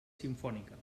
simfònica